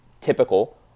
typical